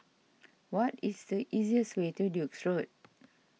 what is the easiest way to Duke's Road